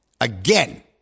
again